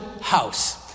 house